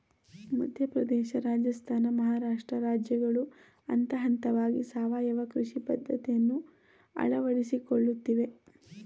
ಮಧ್ಯಪ್ರದೇಶ, ರಾಜಸ್ಥಾನ, ಮಹಾರಾಷ್ಟ್ರ ರಾಜ್ಯಗಳು ಹಂತಹಂತವಾಗಿ ಸಾವಯವ ಕೃಷಿ ಪದ್ಧತಿಯನ್ನು ಅಳವಡಿಸಿಕೊಳ್ಳುತ್ತಿವೆ